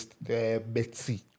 Betsy